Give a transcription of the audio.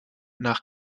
nach